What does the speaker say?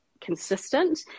consistent